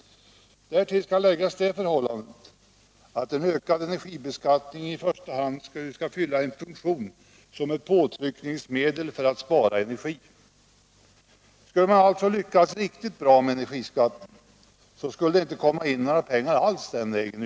Dessutom skall man beakta det förhållandet att en ökad energibeskattning i första hand skall fylla en funktion som påtryckningsmedel för att spara energi. Skulle man alltså lyckas riktigt bra med energiskatten, skulle det inte alls komma in några ytterligare pengar den vägen.